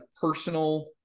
personal